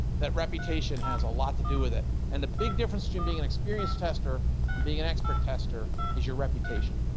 that reputation has a lot to do with it. and the big difference to and being an experienced tester and being an expert tester is your reputation.